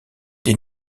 des